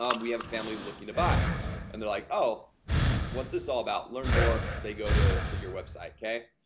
um we have a family looking to buy and they're like oh what's this all about learn more? they go to to your website okay,